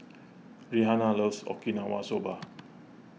Rihanna loves Okinawa Soba